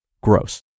gross